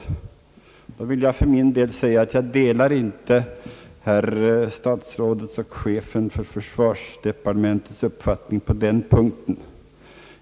Jag vill för min del säga att jag inte delar herr statsrådets och chefen för försvarsdepartementet uppfattning på den punkten.